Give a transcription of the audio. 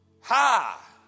ha